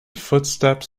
footsteps